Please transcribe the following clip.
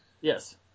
Yes